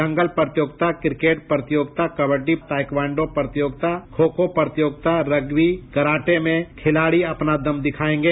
दंगल प्रतियोगिता क्रिकेट प्रतियोगिता कवड्डी प्रतियोगिता ताइक्वांडो प्रतियोगिता खो खो प्रतियोगिता रग्बी कराटे में खिलाडी अपना दम खम दिखायेंगे